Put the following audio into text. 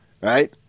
right